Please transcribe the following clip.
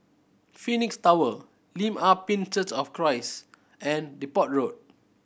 Phoenix Tower Lim Ah Pin Church of Christ and Depot Road